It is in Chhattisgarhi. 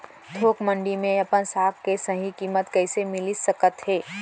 थोक मंडी में अपन साग के सही किम्मत कइसे मिलिस सकत हे?